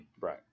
Right